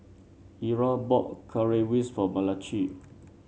Eura bought Currywurst for Malachi